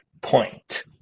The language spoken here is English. point